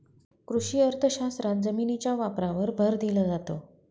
कृषी अर्थशास्त्रात जमिनीच्या वापरावर भर दिला जातो